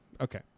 Okay